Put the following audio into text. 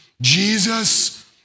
Jesus